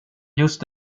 just